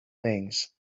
things